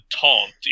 taunt